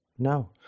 No